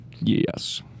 Yes